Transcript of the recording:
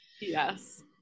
yes